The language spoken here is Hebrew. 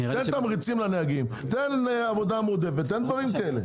תן תמריצים לנהגים, עבודה מועדפת, דברים כאלה.